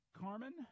Carmen